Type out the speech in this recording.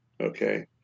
okay